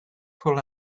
pull